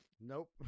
nope